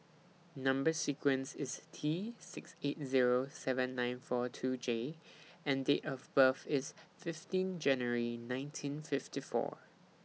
Number sequence IS T six eight Zero seven nine four two J and Date of birth IS fifteen January nineteen fifty four